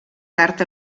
tard